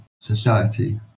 society